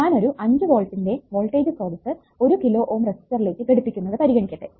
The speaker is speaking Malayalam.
ഞാൻ ഒരു 5 വോൾട്ടിന്റെ വോൾടേജ് സ്രോതസ്സ് 1 കിലോ Ω റെസിസ്റ്ററിലേക്ക് ഘടിപ്പിക്കുന്നത് പരിഗണിക്കട്ടെ